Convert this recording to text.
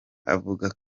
avuga